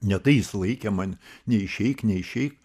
ne tai jis laikė man neišeik neišeik